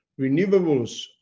renewables